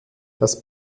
dass